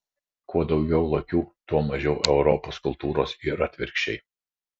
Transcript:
kuo daugiau lokių tuo mažiau europos kultūros ir atvirkščiai